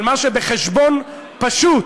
אבל מה שבחשבון פשוט,